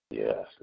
yes